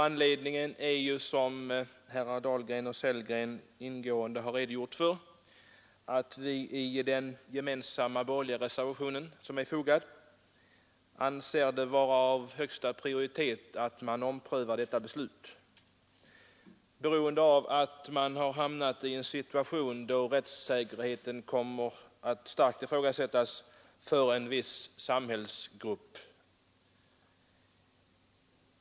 Anledningen härtill är, som herrar Dahlgren och Sellgren ingående redogjort för, att vi i den gemensamma borgerliga reservationen anser det vara av högsta prioritet att ompröva beslutet. Vi har nämligen hamnat i en situation där rättssäkerheten för en viss samhällsgrupp kommer att sättas på spel.